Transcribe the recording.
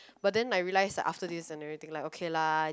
but then I realize after this and everything like okay lah